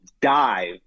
dive